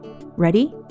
Ready